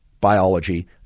biology